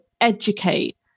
educate